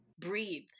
breathe